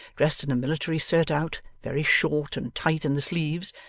dressed in a military surtout very short and tight in the sleeves,